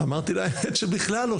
אמרתי לה שבכלל לא.